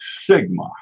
sigma